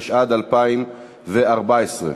התשע"ד 2014,